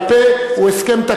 לא, לא, הסכמים בכתב או בעל-פה.